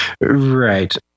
Right